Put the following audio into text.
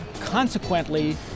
Consequently